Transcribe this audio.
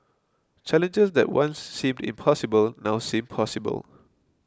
challenges that once seemed impossible now seem possible